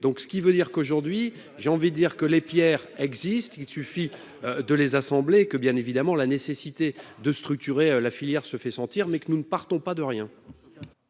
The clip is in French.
ce qui veut dire qu'aujourd'hui j'ai envie de dire que les pierres existe, il suffit de les assembler que bien évidemment, la nécessité de structurer la filière se fait sentir, mais que nous ne partons pas de rien.